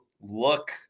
look